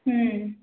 ಹ್ಞೂ